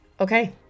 Okay